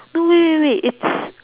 no wait wait wait it's